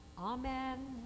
Amen